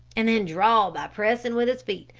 and then draw by pressing with his feet,